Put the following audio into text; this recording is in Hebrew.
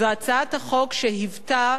זו הצעת החוק שהיתה,